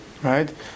Right